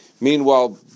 Meanwhile